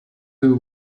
two